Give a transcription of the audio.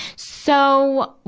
so,